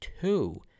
two